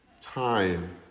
time